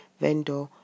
vendor